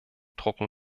drucken